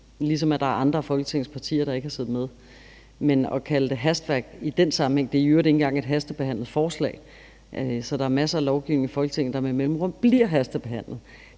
ligesom der er andre af Folketingets partier, der ikke har siddet med. Men man kan ikke kalde det hastværk i den sammenhæng. Og det er i øvrigt ikke engang et hastebehandlet forslag, og der er masser af lovgivning i Folketinget, der med mellemrum bliver hastebehandlet.